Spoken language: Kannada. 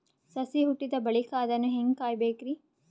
ಸಸಿ ಹುಟ್ಟಿದ ಬಳಿಕ ಅದನ್ನು ಹೇಂಗ ಕಾಯಬೇಕಿರಿ?